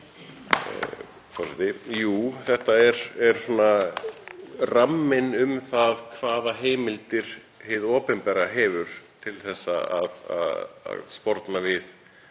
Jú, þetta er svona ramminn um það hvaða heimildir hið opinbera hefur til að sporna við